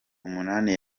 umunani